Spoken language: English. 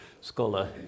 scholar